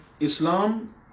Islam